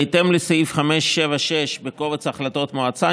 בהתאם לסעיף 576 בקובץ החלטות מועצה,